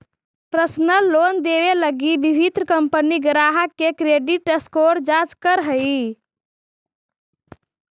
personal loan देवे लगी विभिन्न कंपनि ग्राहक के क्रेडिट स्कोर जांच करऽ हइ